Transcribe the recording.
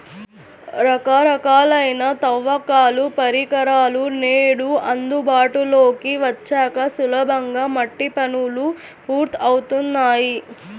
రకరకాలైన తవ్వకాల పరికరాలు నేడు అందుబాటులోకి వచ్చాక సులభంగా మట్టి పనులు పూర్తవుతున్నాయి